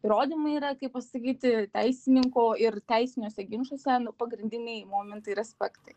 įrodymai yra kaip pasakyti teisininko ir teisiniuose ginčuose nu pagrindiniai momentai ir aspektai